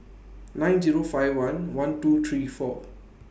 nine Zero five one one two three four